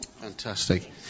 fantastic